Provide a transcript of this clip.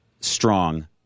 strong